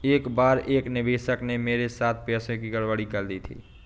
एक बार एक निवेशक ने मेरे साथ पैसों की गड़बड़ी कर दी थी